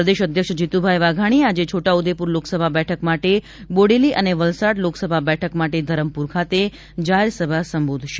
પ્રદેશ અધ્યક્ષ જીતુભાઈ વાઘાણી આજે છોટા ઉદ્દેપુર લોકસભા બેઠક માટે બોડેલી અને વલસાડ લોકસભા બેઠક માટે ધરમપુર ખાતે જાહેર સભા સંબોધશે